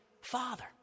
Father